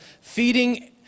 feeding